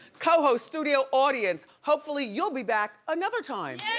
co-host, studio audience, hopefully you'll be back another time.